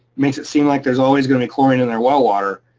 makes it seem like there's always gonna be chlorine in our well water,